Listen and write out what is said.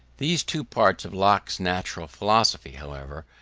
these two parts of locke's natural philosophy, however,